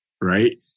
Right